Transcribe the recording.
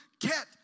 get